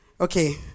okay